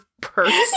purse